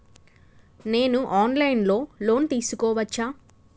నేను online లో loan తీసుకోవచ్చా?